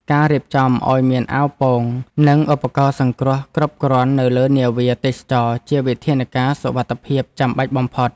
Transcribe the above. ការរៀបចំឱ្យមានអាវពោង និងឧបករណ៍សង្គ្រោះគ្រប់គ្រាន់នៅលើនាវាទេសចរណ៍ជាវិធានការសុវត្ថិភាពចាំបាច់បំផុត។